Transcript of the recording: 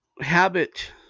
habit